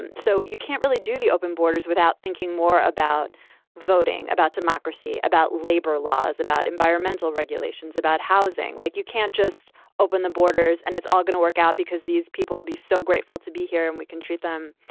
and so you can't really do the open borders without thinking more about voting, about democracy, about labor laws, about environmental regulations, about housing, like you can't just open the borders. and it's. work out because these people will be so grateful to be here and we can treat them,